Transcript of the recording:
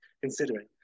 considering